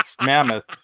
Mammoth